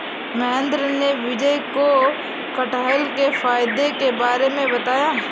महेंद्र ने विजय को कठहल के फायदे के बारे में बताया